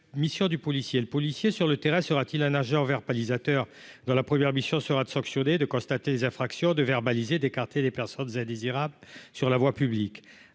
mission du policier, le policier sur le terrain sera-t-il un nageur verbalisateur dans la première mission sera de sanctionner de constater les infractions de verbaliser d'écarter les personnes indésirables sur la voie publique,